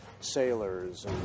sailors